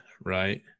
right